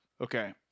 Okay